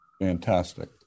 Fantastic